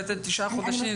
לתת תשעה חודשים.